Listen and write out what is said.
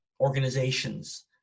organizations